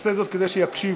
עושה זאת כדי שיקשיבו.